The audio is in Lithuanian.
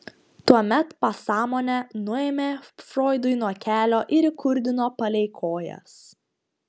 tuomet pasąmonę nuėmė froidui nuo kelio ir įkurdino palei kojas